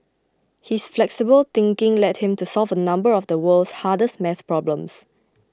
his flexible thinking led him to solve a number of the world's hardest math problems